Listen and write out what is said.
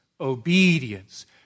Obedience